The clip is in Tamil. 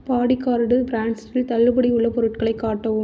பாடிகார்டு பிரான்டில் தள்ளுபடி உள்ள பொருட்களை காட்டவும்